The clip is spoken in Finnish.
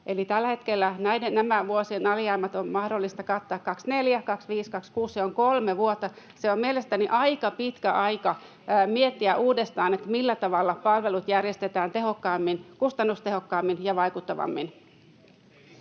tällä hetkellä nämä vuosien alijäämät on mahdollista kattaa 24, 25, 26. Se on 3 vuotta. Se on mielestäni aika pitkä aika miettiä uudestaan, millä tavalla palvelut järjestetään tehokkaammin, kustannustehokkaammin ja vaikuttavammin.